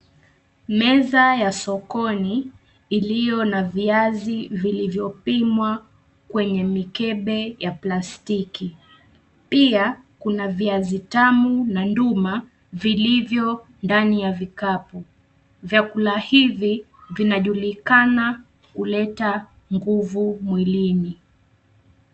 Meza ya sokoni, iliyo na viazi vilivyopimwa kwenye mikebe ya plastiki. Pia kuna viazi tamu na nduma vilivyo ndani ya vikapu. Vyakula hivi vinajulikana kuleta nguvu mwilini.